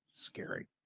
scary